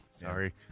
Sorry